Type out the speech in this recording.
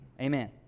Amen